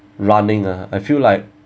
running ah I feel like